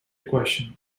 question